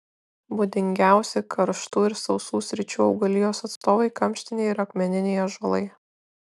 būdingiausi karštų ir sausų sričių augalijos atstovai kamštiniai ir akmeniniai ąžuolai